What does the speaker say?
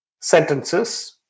sentences